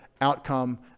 outcome